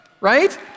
right